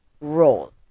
role